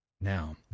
Now